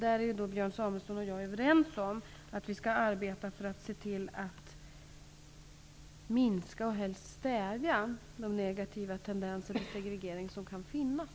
Där är Björn Samuelson och jag överens om att vi skall arbeta för att minska och helst stävja de negativa tendenser till segregering som finns.